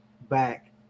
back